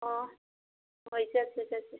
ꯑꯣ ꯍꯣꯏ ꯆꯠꯁꯦ ꯆꯠꯁꯦ